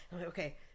okay